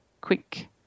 quick